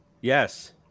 Yes